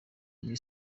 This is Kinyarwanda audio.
muri